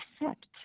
accept